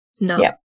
No